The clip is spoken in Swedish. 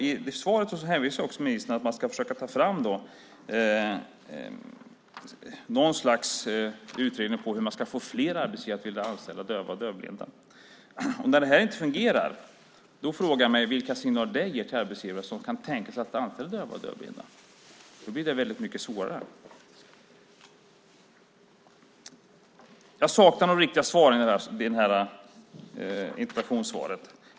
I svaret säger ministern att man ska försöka ta fram något slags utredning om hur man ska få fler arbetsgivare att vilja anställa döva och dövblinda. När det här inte fungerar frågar jag mig vilka signaler det ger till arbetsgivare som kan tänka sig att anställa döva och dövblinda. Då blir det väldigt mycket svårare. Jag saknar nog riktiga svar på interpellationen.